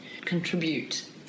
contribute